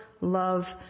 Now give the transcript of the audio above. love